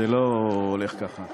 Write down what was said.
זה לא הולך ככה.